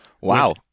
Wow